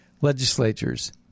legislatures